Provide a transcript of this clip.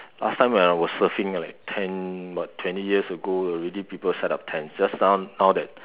last time when I was surfing right ten what twenty years ago already people set up tents just some now that